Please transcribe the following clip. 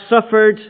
suffered